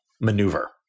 maneuver